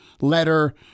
letter